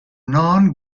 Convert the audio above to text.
non